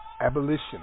Abolition